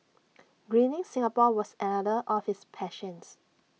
Greening Singapore was another of his passions